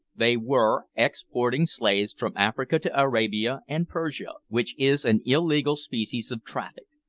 they were exporting slaves from africa to arabia and persia, which is an illegal species of traffic.